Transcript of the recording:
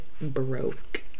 broke